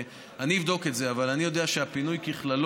אני אבדוק את זה, אבל אני יודע שהפינוי ככללו,